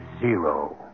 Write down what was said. zero